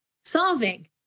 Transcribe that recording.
solving